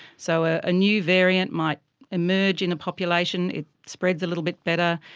so ah a new variant might emerge in a population, it spreads a little bit better,